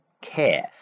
care